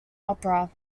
opera